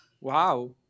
Wow